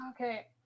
Okay